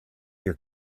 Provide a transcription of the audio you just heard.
your